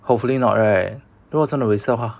hopefully not right 不要真的我也是要花